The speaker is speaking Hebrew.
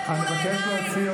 אני לא אגיד לך,